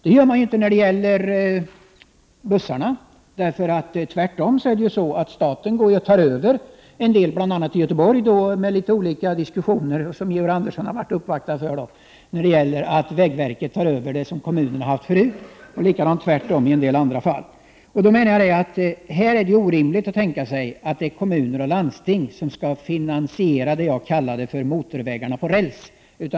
Så gör man inte när det gäller bussarna, eftersom staten då tvärtom går in genom att vägverket tar över kommunernas ansvar, vilket har varit fallet i bl.a. Göteborg — ett ärende som Georg Andersson uppvaktats i. När det gäller en del andra fall har förhållandet varit tvärtom. Jag menar att det är orimligt att tänka sig att kommuner och landsting skall finansiera det som jag kallade för ”motorvägarna på räls”.